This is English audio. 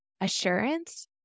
assurance